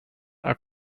are